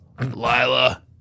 Lila